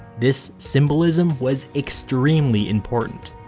this symbolism was extremely important.